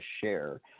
share